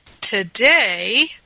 today